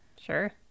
Sure